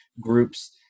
groups